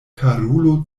karulo